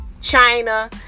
China